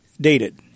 dated